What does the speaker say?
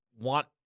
want